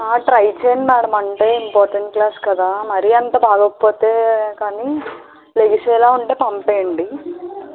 try చేయండి madam అంటే important class కదా మరీ అంత బాగోకపోతే కానీ లెగిసేలా ఉంటే పంపేండి